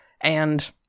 and-